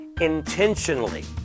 intentionally